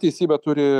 teisybė turi